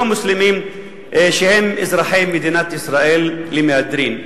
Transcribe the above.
מוסלמים שהם אזרחי מדינת ישראל למהדרין.